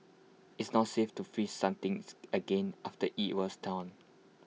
IT is not safe to freeze something again after IT was thawed